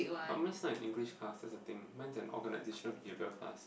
but mine is not an English class that's the thing mine is an organisational behaviour class